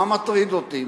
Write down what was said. מה מטריד אותי?